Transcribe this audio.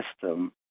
system